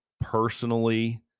personally